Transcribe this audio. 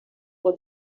for